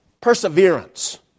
Perseverance